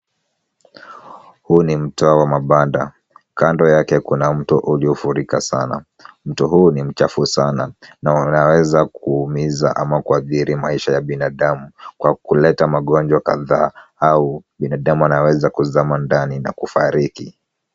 Huu ni mtaa wa mabanda. Kando yake kuna mto uliofurika sana. Mto huu ni mchafu sana, na unaweza kuumiza ama kuathiri maisha ya binadamu. Kwa kuleta magonjwa kadhaa au binadamu anaweza kuzama ndani na kufariki.